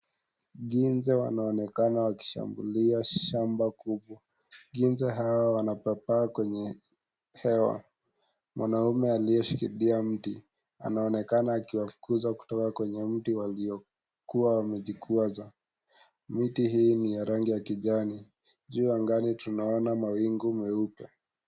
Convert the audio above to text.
Nzige wanaonekana wakishambulia shamba kubwa . Nzige hao wanapepea kwenye hewa . Mwanaume aliyeshikilia mti anaonekana akiwafukuza kwenye mti waliokuwa wamejikwaza . Miti hii ni ya rangi ya kijani . Juu angani tunaona mawingu meupe .